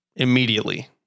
immediately